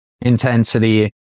intensity